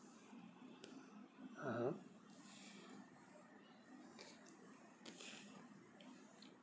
(uh huh)